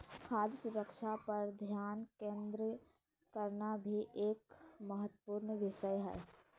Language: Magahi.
खाद्य सुरक्षा पर ध्यान केंद्रित करना भी एक महत्वपूर्ण विषय हय